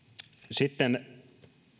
sitten